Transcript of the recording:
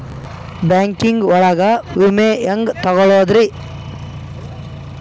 Banking ಒಳಗ ವಿಮೆ ಹೆಂಗ್ ತೊಗೊಳೋದ್ರಿ?